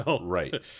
Right